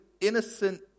innocent